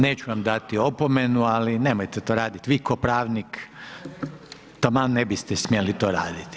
Neću vam dati opomenu, ali nemojte to raditi, vi ko pravnik taman ne biste smjeli to raditi.